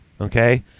okay